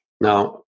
Now